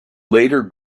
later